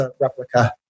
replica